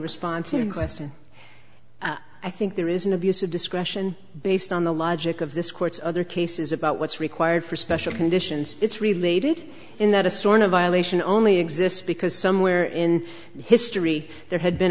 respond to your question i think there is an abuse of discretion based on the logic of this court's other cases about what's required for special conditions it's related in that a sort of violation only exists because somewhere in history there had been